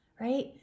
right